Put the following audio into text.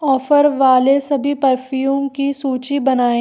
offer वाले सभी perfume की सूची बनाएँ